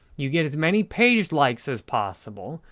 you get as many page likes as possible.